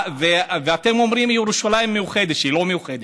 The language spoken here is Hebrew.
ואתם אומרים: ירושלים מאוחדת, שהיא לא מאוחדת.